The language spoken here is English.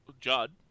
Judd